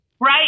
Right